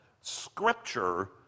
scripture